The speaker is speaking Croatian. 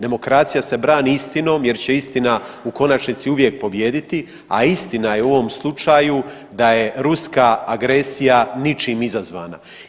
Demokracija se brani istinom jer će istina u konačnici uvijek pobijediti, a istina je u ovom slučaju da je Ruska agresija ničim izazvana.